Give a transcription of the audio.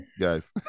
guys